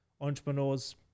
entrepreneurs